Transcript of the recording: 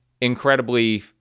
incredibly